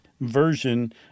version